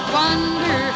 wonder